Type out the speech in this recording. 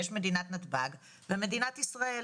יש מדינת נתב"ג ומדינת ישראל.